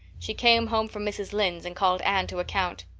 she came home from mrs. lynde's and called anne to account.